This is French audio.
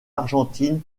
argentine